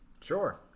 Sure